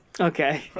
Okay